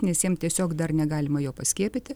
nes jiem tiesiog dar negalima jo paskiepyti